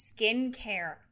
skincare